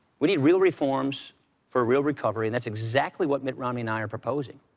we need real reforms for a real recovery, and that's exactly what mitt romney and i are proposing.